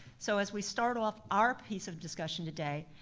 so as we start off our piece of discussion today,